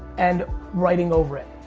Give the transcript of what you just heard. and writing over it.